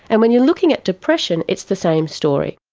and when you're looking at depression, it's the same story.